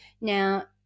Now